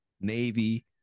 navy